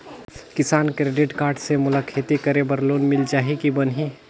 किसान credit card से मोला खेती करे बर लोन मिल जाहि की बनही??